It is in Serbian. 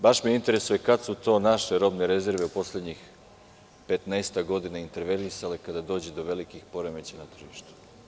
Baš me interesuje kad su to naše robne rezerve u poslednjih 15-ak godina intervenisale kada dođe do velikih poremećaja na tržištu.